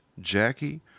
Jackie